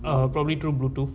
err probably through bluetooth